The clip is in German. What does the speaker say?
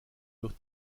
durch